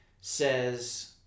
says